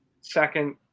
second